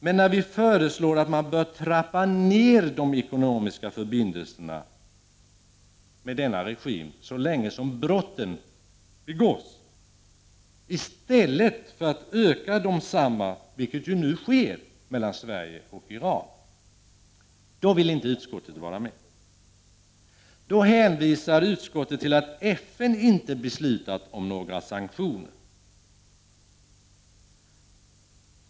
Men när vi föreslår att man skall trappa ned de ekonomiska förbindelserna med denna regim så länge brott begås, i stället för att öka desamma, vilket nu sker, vill inte utskottet vara med. Utskottet hänvisar till att FN inte har beslutat om några sanktioner.